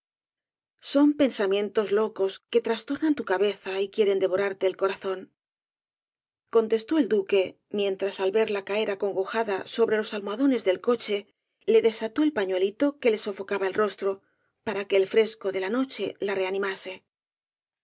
son pensamientos lóeos que trastornan tu cabeza y quieren devorarte el corazón contestó el duque mientras al verla caer acongojada sobre los almohadones del coche le desató el pañuelito que le sofocaba el rostro para que el fresco de la noche la